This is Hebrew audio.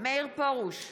מאיר פרוש,